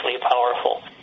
powerful